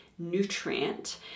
nutrient